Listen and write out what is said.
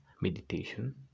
meditation